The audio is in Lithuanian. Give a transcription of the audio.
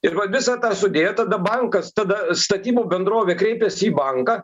ir va visą tą sudėt tada bankas tada statybų bendrovė kreipiasi į banką